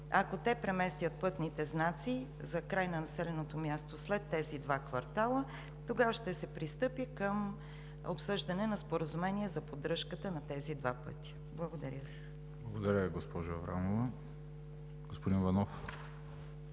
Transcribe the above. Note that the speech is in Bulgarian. Ако те преместят пътните знаци за край на населеното място след тези два квартала, тогава ще се пристъпи към обсъждане на споразумение за поддръжката на тези два пътя. Благодаря Ви. ПРЕДСЕДАТЕЛ ВЕСЕЛИН МАРЕШКИ: Благодаря Ви, госпожо Аврамова. Господин Иванов,